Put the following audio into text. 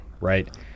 right